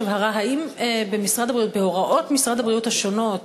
לבקש הבהרה: האם בהוראת משרד הבריאות השונות,